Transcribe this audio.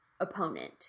opponent